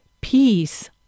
Peace